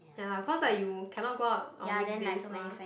ya lah cause like you cannot go out on weekdays mah